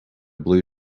blue